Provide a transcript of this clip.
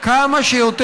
נא לסיים.